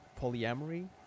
polyamory